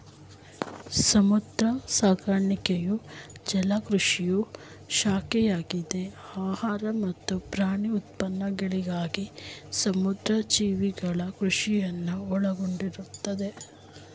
ಸಮುದ್ರ ಸಾಕಾಣಿಕೆಯು ಜಲಕೃಷಿಯ ಶಾಖೆಯಾಗಿದ್ದು ಆಹಾರ ಮತ್ತು ಪ್ರಾಣಿ ಉತ್ಪನ್ನಗಳಿಗಾಗಿ ಸಮುದ್ರ ಜೀವಿಗಳ ಕೃಷಿಯನ್ನು ಒಳಗೊಂಡಿರ್ತದೆ